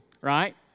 right